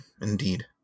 Indeed